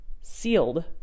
sealed